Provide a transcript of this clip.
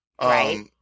Right